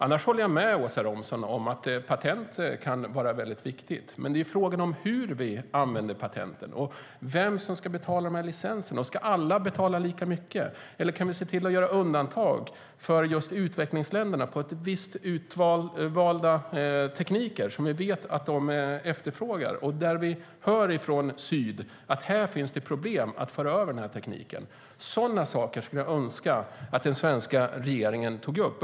Annars håller jag med Åsa Romson om att patent kan vara viktigt, men frågan är hur vi använder dem och vem som ska betala licenserna. Ska alla betala lika mycket, eller kan vi göra undantag för just utvecklingsländerna för vissa utvalda tekniker som vi vet att de efterfrågar och som vi vet att syd har problem att få del av? Sådana saker skulle jag önska att den svenska regeringen tog upp.